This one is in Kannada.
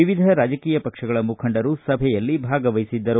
ವಿವಿಧ ರಾಜಕೀಯ ಪಕ್ಷಗಳ ಮುಖಂಡರು ಸಭೆಯಲ್ಲಿ ಭಾಗವಹಿಸಿದ್ದರು